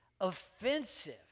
offensive